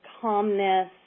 calmness